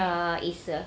err it's a